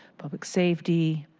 public safety,